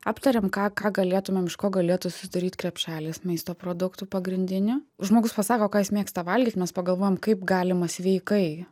aptariam ką ką galėtumėm iš ko galėtų susidaryt krepšelis maisto produktų pagrindinių žmogus pasako ką jis mėgsta valgyt mes pagalvojam kaip galima sveikai